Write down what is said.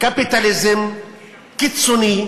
קפיטליזם קיצוני,